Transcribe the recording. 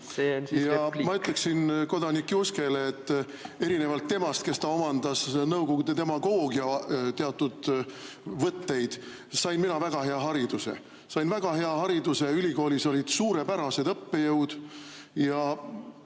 See on siis repliik. ... ja ma ütleksin kodanik Juskele, et erinevalt temast, kes ta omandas nõukogude demagoogia teatud võtteid, sain mina väga hea hariduse. Ma sain väga hea hariduse, ülikoolis olid suurepärased õppejõud ja